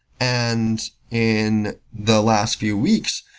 and in the last few weeks,